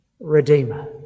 Redeemer